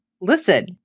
listen